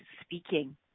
speaking